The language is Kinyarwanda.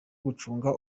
gucunga